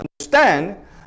understand